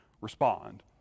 respond